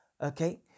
okay